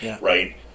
right